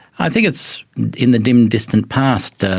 i think it's in the dim, distant past, ah